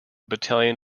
battalion